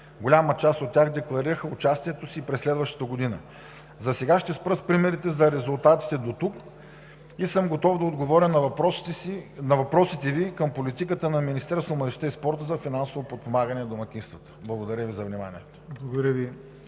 Голяма част от тях декларираха участието си през следващата година. Засега ще спра с примерите за резултатите дотук и съм готов да отговоря на въпросите Ви за политиката на Министерството на младежта и спорта за финансово подпомагане на домакинствата. Благодаря Ви за вниманието.